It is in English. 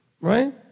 right